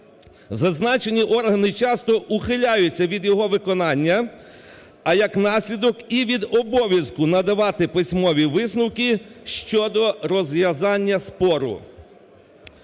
зазначені органи часто ухиляються від його виконання, а як наслідок і від обов'язку надавати письмові висновки щодо розв'язання спору,